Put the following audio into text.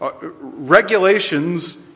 Regulations